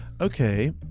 Okay